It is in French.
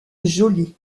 joly